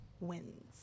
wins